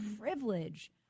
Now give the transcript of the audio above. privilege